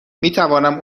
میتوانم